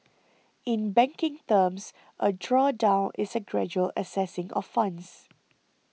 in banking terms a drawdown is a gradual accessing of funds